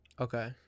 Okay